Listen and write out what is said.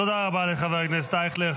תודה רבה לחבר הכנסת אייכלר.